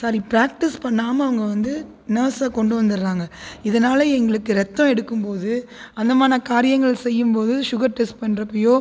sorry practice பண்ணாமல் அவங்க வந்து நர்ஸை கொண்டு வந்தராங்க இதனால் எங்களுக்கு இரத்தம் எடுக்கும் போது அந்தமான காரியங்கள் செய்யும் போது சுகர் டெஸ்ட் பண்ணுறப்பையோ